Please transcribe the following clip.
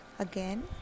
again